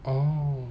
oh